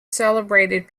celebrated